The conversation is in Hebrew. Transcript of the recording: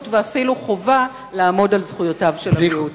ואפילו חובה לעמוד על זכויותיו של המיעוט.